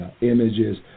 images